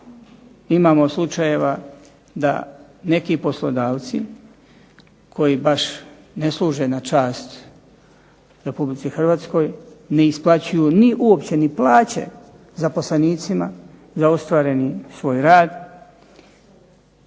imamo slučajeva da neki poslodavci koji baš ne služe na čast RH ne isplaćuju uopće ni plaće zaposlenicima za ostvareni svoj rad,